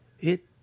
It